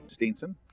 Steenson